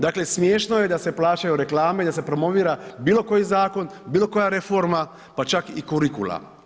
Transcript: Dakle smiješno je da se plaćaju reklame i da se promovira bilo koji zakon, bilo koja reforma, pa čak i kurikula.